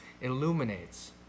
illuminates